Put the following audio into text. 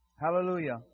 Hallelujah